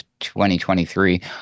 2023